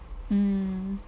mm